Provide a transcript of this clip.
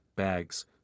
bags